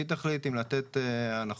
היא תחליט אם לתת הנחות